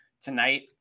tonight